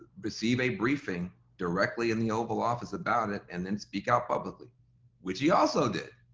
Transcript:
receive a briefing directly in the oval office about it and then speak out publicly which he also did.